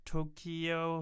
Tokyo